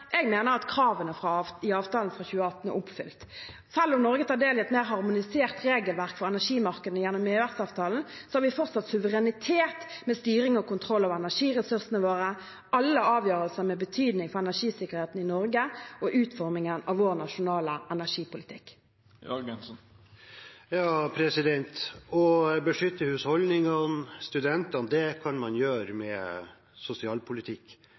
Jeg mener kravene i avtalen fra 2018 er oppfylt. Selv om Norge tar del i et mer harmonisert regelverk for energimarkedene gjennom EØS-avtalen, har vi fortsatt suverenitet med styring og kontroll over energiressursene våre, alle avgjørelser med betydning for energisikkerheten i Norge og utformingen av vår nasjonale energipolitikk. Å beskytte husholdningene og studentene kan man gjøre med sosialpolitikk.